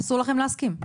אסור לכם להסכים.